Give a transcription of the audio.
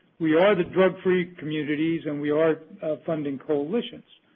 we are the drug free communities, and we are funding coalitions.